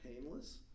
painless